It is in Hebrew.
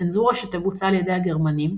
צנזורה שתבוצע על ידי הגרמנים,